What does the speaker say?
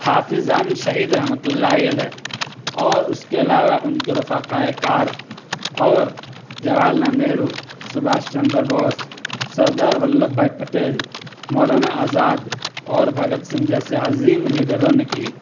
حافظ ضامن شہید رحمتہ اللّہ علیہ اور اس کے علاوہ ان کے رفقائے کار اور جواہر لال نہرو سبھاش چندر بوس سردار ولبھ بھائی پٹیل مولانا آزاد اور بھگت سنگھ جیسے عظیم لیڈروں نے کی